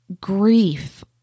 grief